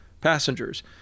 passengers